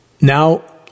now